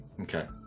Okay